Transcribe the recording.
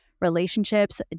relationships